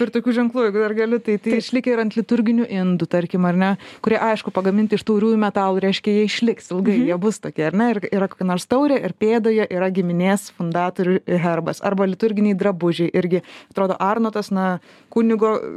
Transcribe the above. ir tokių ženklų jeigu dar galiu tai tai išlikę ir ant liturginių indų tarkim ar ne kurie aišku pagaminti iš tauriųjų metalų reiškia jie išliks ilgai jie bus tokie ar ne ir yra nors taurė ir pėdoje yra giminės fundatorių herbas arba liturginiai drabužiai irgi atrodo arnotas na kunigo